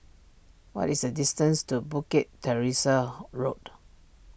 what is the distance to Bukit Teresa Road